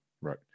Right